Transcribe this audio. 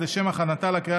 24, נגד,